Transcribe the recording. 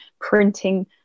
printing